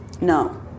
no